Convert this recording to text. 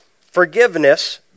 Forgiveness